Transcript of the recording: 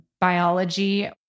biology